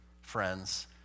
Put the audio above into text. friends